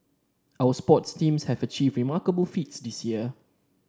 our sports teams have achieved remarkable feats this year